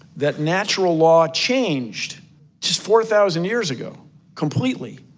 that natural law changed just four thousand years ago completely,